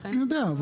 אני יודע.